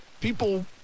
people